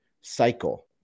cycle